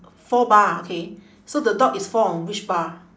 four bar okay so the dog is fall on which bar